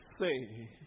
say